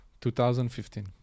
2015